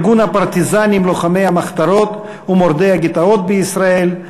ארגון הפרטיזנים לוחמי המחתרות ומורדי הגטאות בישראל,